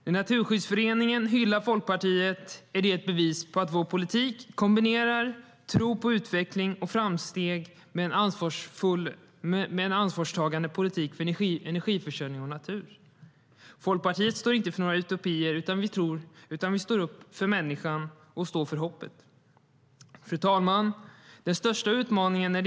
När Naturskyddsföreningen hyllar Folkpartiet är det ett bevis på att vår politik kombinerar tro på utveckling och framsteg med en ansvarstagande politik för energiförsörjning och natur. Folkpartiet står inte för några utopier, utan vi står upp för människan och står för hoppet. Fru talman!